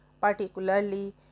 particularly